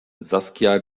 saskia